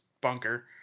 bunker